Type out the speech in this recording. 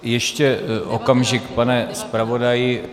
Ještě okamžik, pane zpravodaji.